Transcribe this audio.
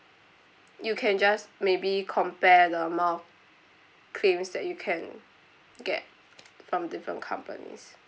you can just maybe compare the amount claims that you can get from different companies